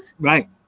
Right